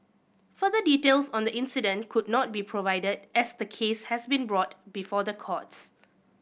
further details on the incident could not be provided as the case has been brought before the courts